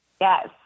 Yes